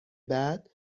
بعد